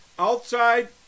Outside